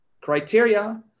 criteria